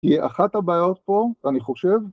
‫היא אחת הבעיות פה, אני חושב.